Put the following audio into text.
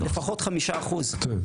לפחות 5%. טוב.